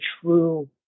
true